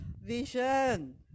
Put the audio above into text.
vision